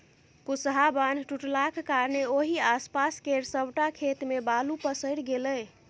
कुसहा बान्ह टुटलाक कारणेँ ओहि आसपास केर सबटा खेत मे बालु पसरि गेलै